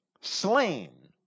slain